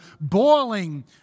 boiling